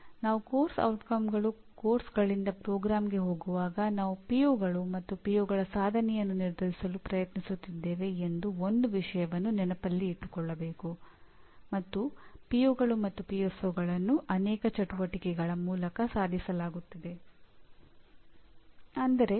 ಶಿಕ್ಷಣದ ಪರಿಣಾಮವೆಂದರೆ ಪ್ರೋಗ್ರಾಂ ಪಠ್ಯಕ್ರಮ ಅಥವಾ ಸೂಚನಾ ಘಟಕದ ಕೊನೆಯಲ್ಲಿ ವಿದ್ಯಾರ್ಥಿಗೆ ಏನು ಮಾಡಲು ಸಾಧ್ಯವಾಗುತ್ತದೆ ಎಂಬುದು